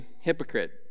hypocrite